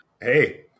hey